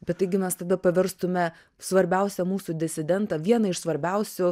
bet taigi mes tada paverstume svarbiausią mūsų disidentą vieną iš svarbiausių